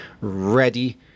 ready